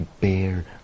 bear